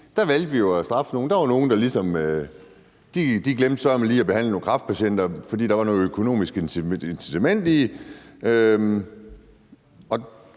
der valgte vi at straffe nogle, for der var nogle, der søreme lige glemte at behandle nogle kræftpatienter, fordi der var et økonomisk incitament i